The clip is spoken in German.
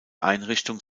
einrichtung